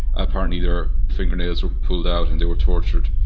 apparently their fingernails were pulled out and they were tortured.